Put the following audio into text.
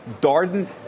Darden